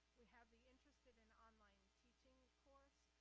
we have the interested in online teaching course,